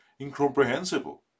incomprehensible